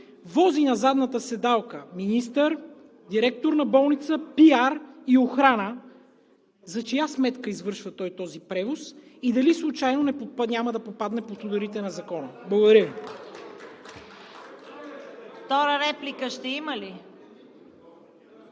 вози на задната седалка министър, директор на болница, PR и охрана, за чия сметка извършва този превоз и дали случайно няма да попадне под ударите на Закона? Благодаря Ви.